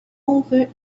over